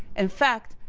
in fact,